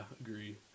agree